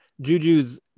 Juju's